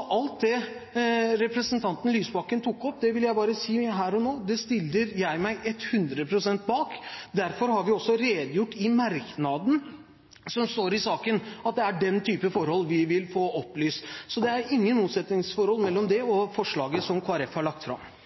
Alt det representanten Lysbakken tok opp, vil jeg si her og nå at det stiller jeg meg 100 pst. bak. Derfor har vi også redegjort i merknaden som står i saken, at det er slike forhold vi vil få opplyst. Det er ingen motsetningsforhold mellom det og forslaget som Kristelig Folkeparti har lagt fram.